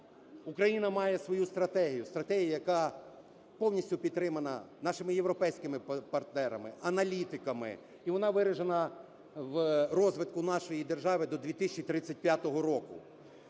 Україна має свою стратегію. Стратегію, яка повністю підтримана нашими європейськими партнерами, аналітиками і вона виражена в розвитку нашої держави до 2035 року.